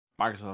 Microsoft